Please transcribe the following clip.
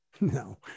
No